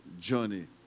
journey